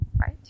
Right